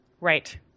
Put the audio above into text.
Right